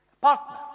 Partner